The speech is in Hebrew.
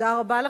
תודה רבה לך.